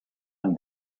and